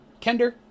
Kender